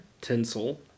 Tinsel